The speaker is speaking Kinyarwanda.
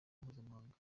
mpuzamahanga